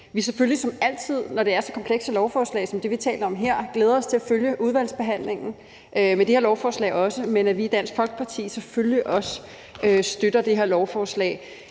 vi selvfølgelig som altid, når det er så komplekse lovforslag som det, vi taler om her, glæder os til at følge udvalgsbehandlingen også med det her lovforslag, men at vi i Dansk Folkeparti selvfølgelig også støtter det her lovforslag.